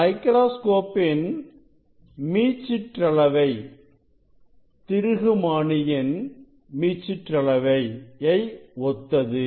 microscope இன் மீச்சிற்றளவை திருகு மானியின் மீச்சிற்றளவை ஒத்தது